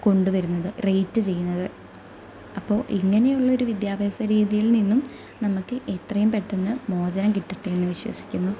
കൊണ്ട് വരുന്നത് റേറ്റ് ചെയ്യുന്നത് അപ്പോൾ ഇങ്ങനെയുള്ളൊരു വിദ്യാഭ്യാസ രീതിയിൽ നിന്നും നമുക്ക് എത്രയും പെട്ടെന്ന് മോചനം കിട്ടട്ടേ എന്ന് വിശ്വസിക്കുന്നു